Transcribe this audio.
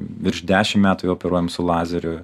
virš dešimt metų jau operuojam su lazeriu